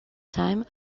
time